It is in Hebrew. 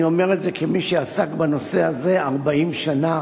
אני אומר את זה כמי שעסק בנושא הזה 40 שנה,